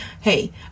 Hey